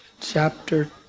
chapter